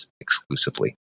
exclusively